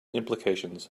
implications